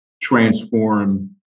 transform